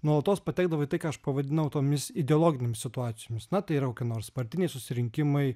nuolatos patekdavo į tai ką aš pavadinau tomis ideologinėmis situacijomis na tai yra kokie nors partiniai susirinkimai